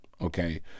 Okay